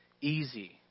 easy